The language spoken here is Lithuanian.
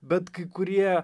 bet kai kurie